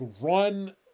run